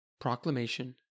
proclamation